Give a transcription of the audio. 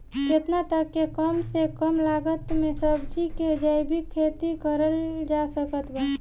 केतना तक के कम से कम लागत मे सब्जी के जैविक खेती करल जा सकत बा?